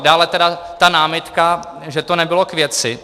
Dále tedy ta námitka, že to nebylo k věci.